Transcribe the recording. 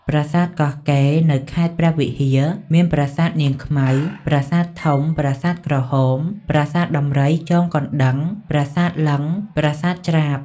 ប្រាសាទកោះកេរ នៅខេត្តព្រះវិហាមាន ប្រសាទនាងខ្មៅ ប្រសាទធំ ប្រាសាទក្រហម ប្រាសាទដំរីចងកណ្តឹង ប្រាសាទលិង្គ ប្រាសាទច្រាប។